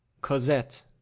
cosette